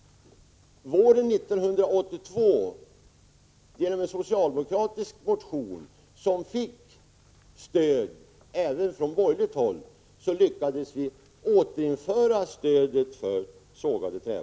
Våren 1982 lyckades vi genom en socialdemokratisk motion, som fick stöd även från borgerligt håll, återinföra stödet för sågade trävaror.